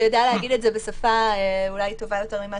שיודע להגיד את זה בשפה אולי טובה יותר ממה